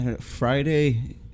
Friday